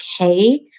okay